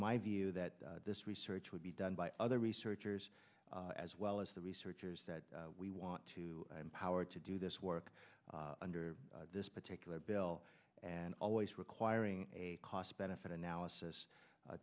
my view that this research would be done by other researchers as well as the researchers that we want to empowered to do this work under this particular bill and always requiring a cost benefit analysis